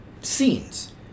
scenes